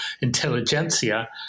intelligentsia